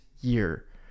year